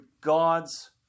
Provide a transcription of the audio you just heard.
God's